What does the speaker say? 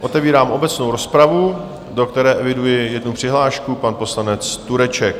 Otevírám obecnou rozpravu, do které eviduji jednu přihlášku, pan poslanec Tureček.